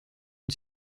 une